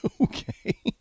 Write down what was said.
Okay